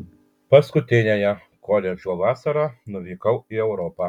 paskutiniąją koledžo vasarą nuvykau į europą